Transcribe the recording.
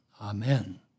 Amen